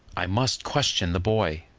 i must question the boy,